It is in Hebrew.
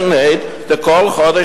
Section 8 לכל חודש,